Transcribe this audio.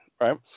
right